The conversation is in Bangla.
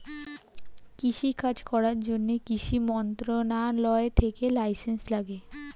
কৃষি কাজ করার জন্যে কৃষি মন্ত্রণালয় থেকে লাইসেন্স লাগে